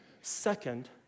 Second